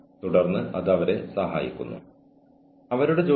കൂടാതെ അത് അവരുടെ ഉൽപാദനക്ഷമതയെയും ബാധിക്കുന്നു